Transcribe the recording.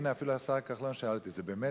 הנה, אפילו השר כחלון שאל אותי: זה באמת?